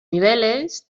niveles